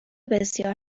بسیار